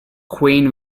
queen